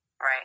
Right